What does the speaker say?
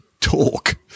talk